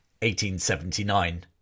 1879